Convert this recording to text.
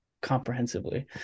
comprehensively